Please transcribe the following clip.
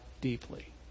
deeply